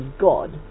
God